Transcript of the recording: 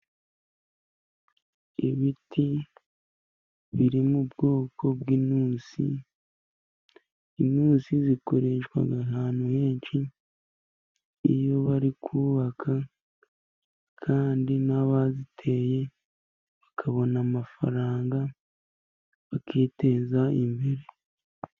Ibiti biri mu bwoko bw'intusi. Intusi zikoreshwa ahantu henshi, nk'iyo bari kubaka. Kandi n'abaziteye bakabona amafaranga bakiteza imbere.